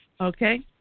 Okay